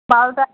বারো টা